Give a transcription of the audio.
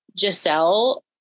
Giselle